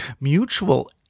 mutual